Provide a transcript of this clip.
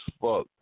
fuck